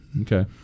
okay